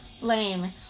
Lame